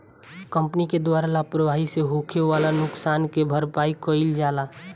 company के द्वारा लापरवाही से होखे वाला नुकसान के भरपाई कईल जाला